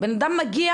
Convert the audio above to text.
בן אדם מגיע,